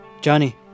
Johnny